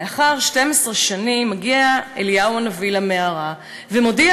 לאחר 12 שנים מגיע אליהו הנביא למערה ומודיע